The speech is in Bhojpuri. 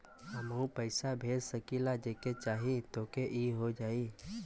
हमहू पैसा भेज सकीला जेके चाही तोके ई हो जाई?